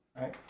right